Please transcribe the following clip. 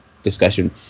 Discussion